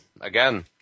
again